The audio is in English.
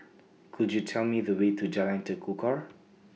Could YOU Tell Me The Way to Jalan Tekukor